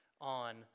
on